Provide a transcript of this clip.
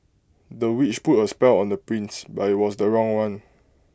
the witch put A spell on the prince but IT was the wrong one